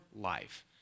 life